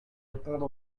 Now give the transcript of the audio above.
répondre